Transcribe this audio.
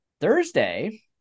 Thursday